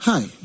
Hi